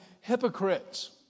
hypocrites